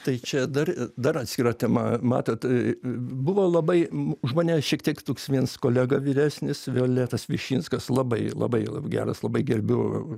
tai čia dar dar atskira tema matot buvo labai už mane šiek tiek toks vienas kolega vyresnis violetas višinskas labai labai geras labai gerbiu